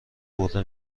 برده